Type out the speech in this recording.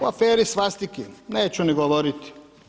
O aferi svastike neću ni govoriti.